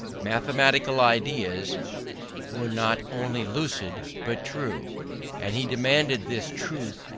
mathematical ideas were not only lucid but true and he demanded this truth,